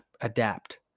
adapt